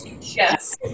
yes